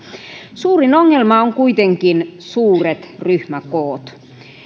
suurin ongelma on kuitenkin suuret ryhmäkoot